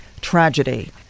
tragedy